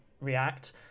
react